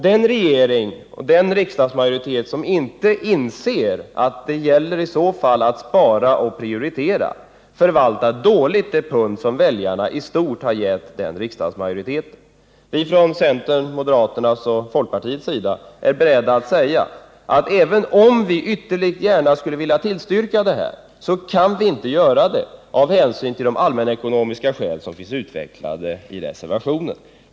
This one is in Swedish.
Den regering och den riksdagsmajoritet som inte inser att det gäller att spara och prioritera förvaltar dåligt det pund som väljarna i stort har gett dem. Vi från centerns, moderaternas och folkpartiets sida är beredda att säga att även om vi ytterligt gärna skulle vilja tillstyrka det här anslaget kan vi inte göra det — av hänsyn till de allmänekonomiska skäl som finns utvecklade i reservationen.